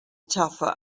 tougher